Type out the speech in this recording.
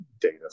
data